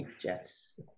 Jets